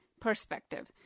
perspective